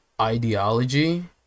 ideology